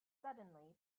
suddenly